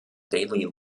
daily